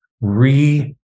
re